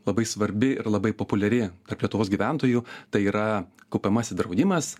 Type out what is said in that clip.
labai svarbi ir labai populiari tarp lietuvos gyventojų tai yra kaupiamasis draudimas